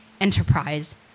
enterprise